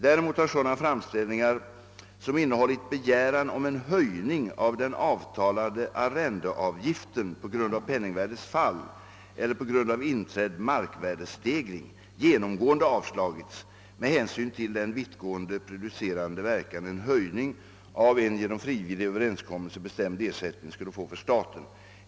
Däremot har sådana framställningar, som innehållit begäran om en höjning av den avtalade arrendeavgiften på grund av penningvärdets fall eller på grund av inträdd markvärdesstegring, genomgående avslagits med hänsyn till den vittgående prejudicerande verkan en höjning av en genom frivillig överenskommelse bestämd ersättning skulle få för staten.